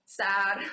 sad